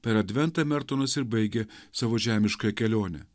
per adventą mertonas ir baigė savo žemiškąją kelionę